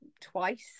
twice